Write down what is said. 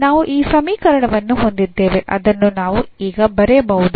ನಾವು ಈ ಸಮೀಕರಣವನ್ನು ಹೊಂದಿದ್ದೇವೆ ಅದನ್ನು ನಾವು ಈಗ ಬರೆಯಬಹುದು